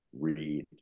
read